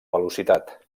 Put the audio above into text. velocitat